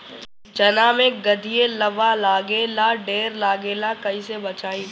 चना मै गधयीलवा लागे ला ढेर लागेला कईसे बचाई?